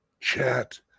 chat